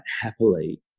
happily